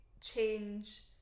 change